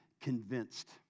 convinced